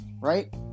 right